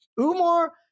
Umar